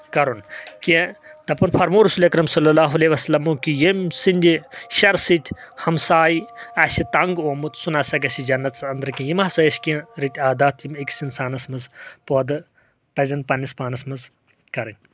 کرُن کہِ دپان فرموو رسولِ اکرم صلی اللہ علیہ وسلمو کہِ یٔمۍ سنٛدِ شرٕ سۭتۍ ہمساۓ آسہِ تنگ آمُت سُہ نہ سا گژھہِ جنتس انٛدر کہینۍ یِم ہسا ٲسۍ کینٛہہ رٕتۍ عادات یِم أکِس انسانس منٛز پٲدٕ پزَن پننس پانس منٛز کرٕنۍ